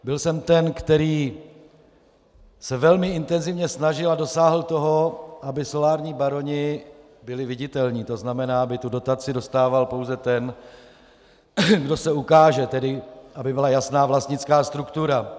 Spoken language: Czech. Byl jsem ten, který se velmi intenzivně snažil a dosáhl toho, aby solární baroni byli viditelní, tzn. aby tu dotaci dostával pouze ten, kdo se ukáže, tedy aby byla jasná vlastnická struktura.